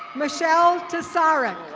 michelle dissareck.